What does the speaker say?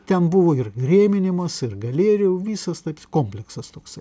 ten buvo ir rėminimas ir galerijų visas komplektas toksai